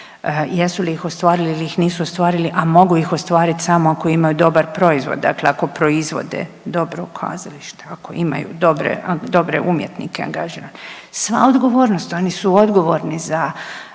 jesu li ih ostvarili ili ih nisu ostvarili, a mogu ih ostvariti samo ako imaju dobar proizvod, dakle ako proizvode dobro kazalište ako imaju dobre, dobre umjetnike angažirane. Sva odgovornost, oni su odgovorni za